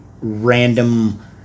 random